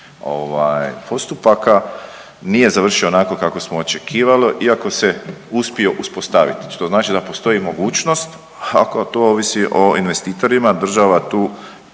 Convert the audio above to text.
postupaka. Nije završio onako kako smo očekivali iako se uspio uspostaviti što znači da postoji mogućnost ako to ovisi o investitorima država tu